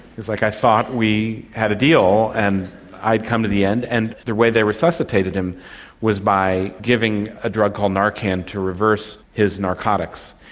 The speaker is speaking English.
he's like, i thought we had a deal and i had come to the end. and the way they resuscitated him was by giving a drug called narcan to reverse his narcotics.